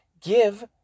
give